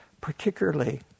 particularly